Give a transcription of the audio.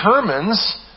determines